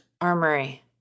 Armory